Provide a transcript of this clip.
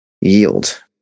Yield